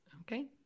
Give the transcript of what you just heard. Okay